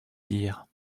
dire